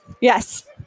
Yes